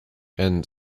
and